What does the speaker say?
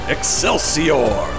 Excelsior